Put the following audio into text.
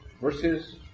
verses